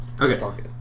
Okay